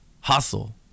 Hustle